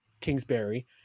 Kingsbury